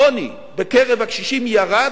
העוני בקרב הקשישים ירד,